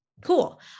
Cool